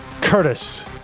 Curtis